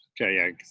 Okay